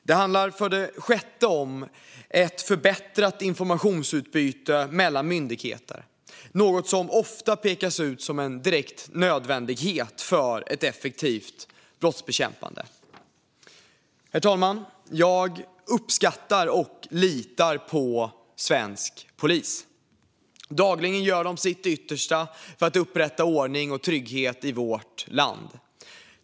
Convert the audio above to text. Det handlar för det sjätte om ett förbättrat informationsutbyte mellan myndigheter - något som ofta pekas ut som en direkt nödvändighet för ett effektivt brottsbekämpande. Herr talman! Jag uppskattar och litar på svensk polis. Dagligen gör polisen sitt yttersta för att upprätta ordning och trygghet i vårt land.